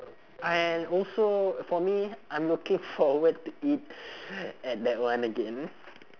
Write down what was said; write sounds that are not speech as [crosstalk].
I also for me I'm looking forward to eat [breath] at that one again